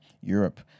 Europe